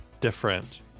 different